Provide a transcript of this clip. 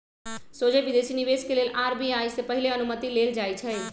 सोझे विदेशी निवेश के लेल आर.बी.आई से पहिले अनुमति लेल जाइ छइ